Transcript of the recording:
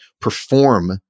perform